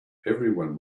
everyone